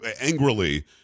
angrily